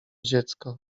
dziecko